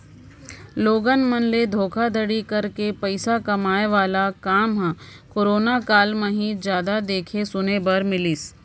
लोगन मन ले धोखाघड़ी करके पइसा कमाए वाला काम ह करोना काल म ही जादा देखे सुने बर मिलिस